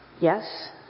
Yes